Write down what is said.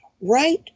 right